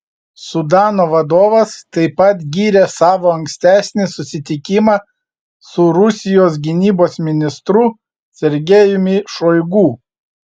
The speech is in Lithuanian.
sudano vadovas taip pat gyrė savo ankstesnį susitikimą su rusijos gynybos ministru sergejumi šoigu